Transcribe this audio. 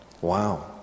Wow